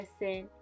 listen